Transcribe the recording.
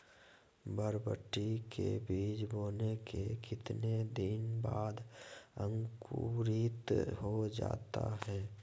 बरबटी के बीज बोने के कितने दिन बाद अंकुरित हो जाता है?